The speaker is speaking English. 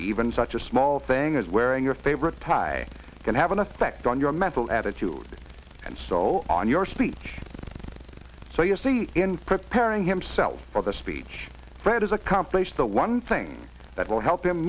even such a small thing as wearing your favorite tie can have an effect on your mental attitude and soul on your speech so you see in preparing himself for the speech fred has accomplished the one thing that will help